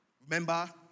Remember